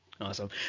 Awesome